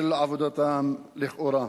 של עבודתם לכאורה.